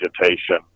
vegetation